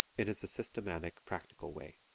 it is a systematic, practical way.